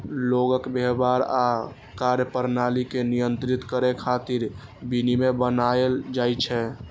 लोगक व्यवहार आ कार्यप्रणाली कें नियंत्रित करै खातिर विनियम बनाएल जाइ छै